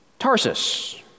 Tarsus